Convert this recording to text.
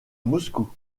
moscou